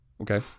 Okay